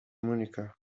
مونیکا